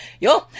Yo